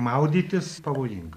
maudytis pavojinga